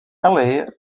ellie